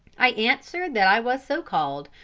i answered that i was so called,